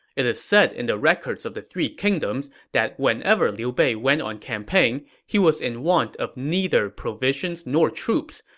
it is said in the records of the three kingdoms that whenever liu bei went on campaign, he was in want of neither provisions nor troops,